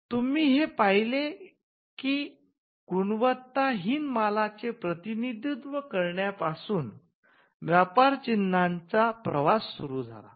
तुम्ही हे पहिले की गुणवत्ताहीन मालाचे प्रतिनिधित्व करण्या पासून व्यापार चिन्हाचा प्रवास सुरु झाला